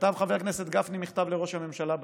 כתב חבר הכנסת גפני מכתב לראש הממשלה בנושא,